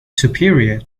superior